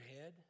head